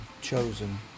chosen